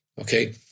okay